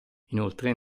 inoltre